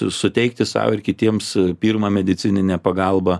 suteikti sau ir kitiems pirmą medicininę pagalbą